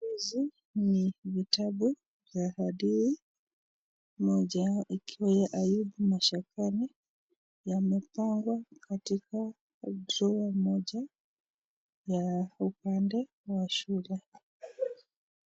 Hizi ni vitabu za hadithi moja ikiwa Ayubu mashakani yamepangwa katika drawer moja ya upande ya shule